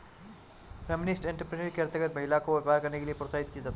feminist entrepreneurship के अंतर्गत महिला को व्यापार करने के लिए प्रोत्साहित किया जाता है